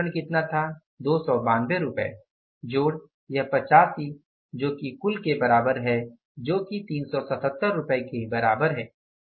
मूल्य विचरण कितना था 292 रुपये यह 85 जो कि कुल के बराबर है जो की 377 रुपये के बराबर है